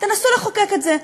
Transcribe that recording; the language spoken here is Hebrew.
תנסו לחוקק את זה,